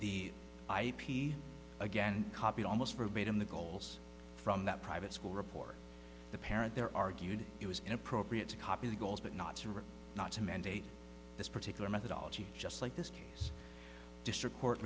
the ip again copied almost verbatim the goals from that private school report the parent there argued it was inappropriate to copy the goals but not to not to mandate this particular methodology just like this case district court